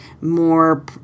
more